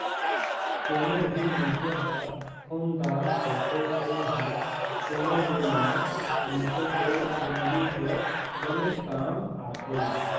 कोनो भी मनखे ह खून दान करथे तेन ह कोनो बेमार मनखे के जिनगी बर बनेच काम आथे